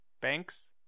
Banks